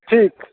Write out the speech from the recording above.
ठीक